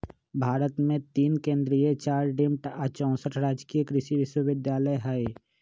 भारत मे तीन केन्द्रीय चार डिम्ड आ चौसठ राजकीय कृषि विश्वविद्यालय हई